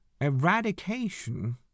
eradication